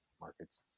markets